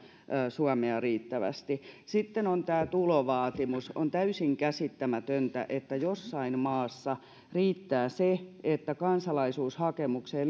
suomea riittävästi sitten on tämä tulovaatimus on täysin käsittämätöntä että jossain maassa riittää se että kansalaisuushakemukseen